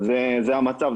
זה המצב.